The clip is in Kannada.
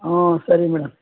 ಹ್ಞೂ ಸರಿ ಮೇಡಮ್